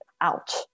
out